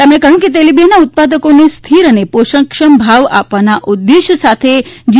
તેમણે કહ્યું કે તેલીબિયાના ઉત્પાદકોને સ્થિર અને પોષણક્ષમ ભાવ આપવાના ઉદ્દેશ્ય સાથે જી